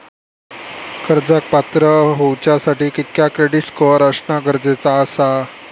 कर्जाक पात्र होवच्यासाठी कितक्या क्रेडिट स्कोअर असणा गरजेचा आसा?